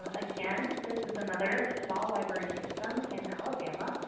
ah again, this is another small library system in alabama.